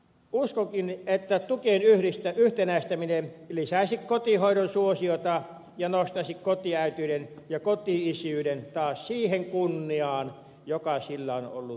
uskonkin että tukien yhtenäistäminen lisäisi kotihoidon suosiota ja nostaisi kotiäitiyden ja koti isyyden taas siihen kunniaan joka sillä on ollut vuosisatoja